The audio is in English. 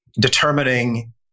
determining